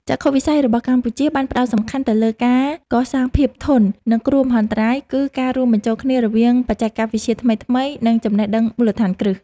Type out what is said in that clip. ចក្ខុវិស័យរបស់កម្ពុជាបានផ្តោតសំខាន់ទៅលើការកសាងភាពធន់នឹងគ្រោះមហន្តរាយ គឺការរួមបញ្ចូលគ្នារវាងបច្ចេកវិទ្យាថ្មីៗ និងចំណេះដឹងមូលដ្ឋានគ្រឹះ។